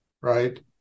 right